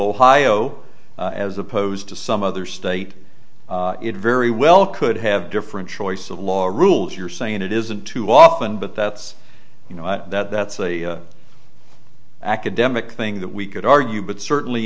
ohio as opposed to some other state it very well could have different choice of law rules you're saying it isn't too often but that's you know that's a academic thing that we could argue but certainly